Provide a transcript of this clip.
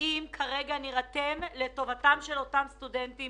אם נירתם לטובתם של אותם סטודנטים